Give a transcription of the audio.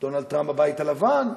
דונלד טראמפ בבית הלבן.